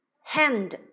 Hand